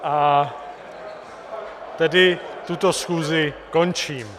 A tedy tuto schůzi končím.